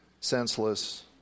senseless